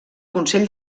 consell